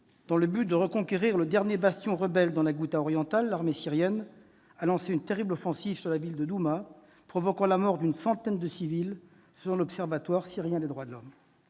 dans le but de reconquérir le dernier bastion rebelle dans la Ghouta orientale, l'armée syrienne a lancé une terrible offensive sur la ville de Douma, provoquant la mort d'une centaine de civils selon l'Observatoire syrien des droits de l'homme.